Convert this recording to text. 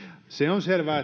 se on selvää